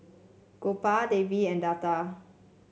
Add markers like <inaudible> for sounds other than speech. Gopal Devi and Lata <noise>